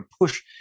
push